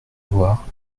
voir